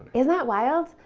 isn't that wild?